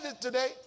today